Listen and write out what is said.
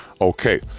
okay